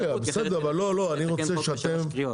אחרת צריך לתקן פה --- שלוש קריאות.